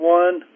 one